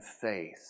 faith